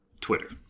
Twitter